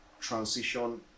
transition